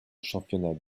championnat